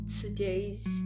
today's